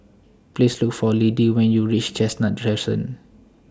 Please Look For Liddie when YOU REACH Chestnut Crescent